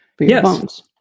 Yes